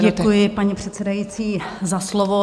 Děkuji, paní předsedající, za slovo.